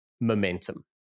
momentum